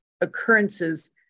occurrences